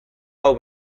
hau